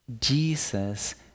Jesus